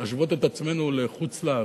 להשוות את עצמנו לחוץ-לארץ,